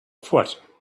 foot